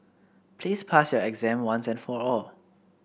please pass your exam once and for all